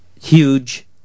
Huge